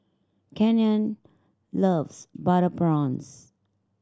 Canyon loves butter prawns